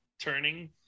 turning